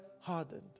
hardened